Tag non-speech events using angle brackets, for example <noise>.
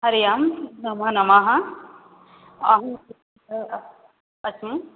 हरिः ओं नमो नमः अहम् <unintelligible> अस्मि